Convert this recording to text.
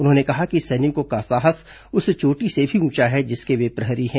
उन्होंने कहा कि सैनिकों का साहस उस चोटी से भी ऊंचा है जिसके वे प्रहरी हैं